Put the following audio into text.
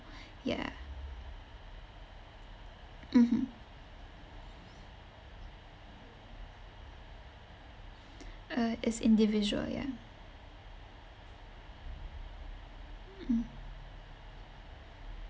ya mmhmm uh it's individual ya mm